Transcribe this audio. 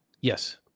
Yes